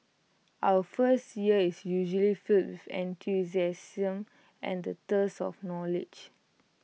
our first year is usually filled with enthusiasm and the thirst for knowledge